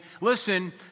listen